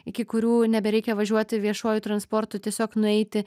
iki kurių nebereikia važiuoti viešuoju transportu tiesiog nueiti